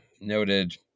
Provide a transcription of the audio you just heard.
noted